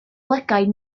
lygaid